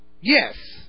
Yes